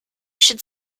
should